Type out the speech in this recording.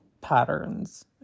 patterns